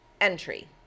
entry